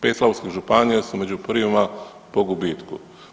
5 slavonskih županija su među prvima po gubitku.